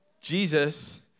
Jesus